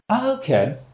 Okay